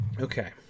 Okay